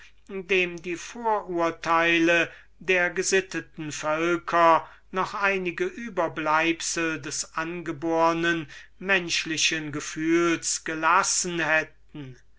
dem die vorurteile der gesitteten völker noch einige überbleibsel des angebornen menschlichen gefühls gelassen hätten